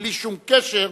ובלי שום קשר,